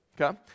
Okay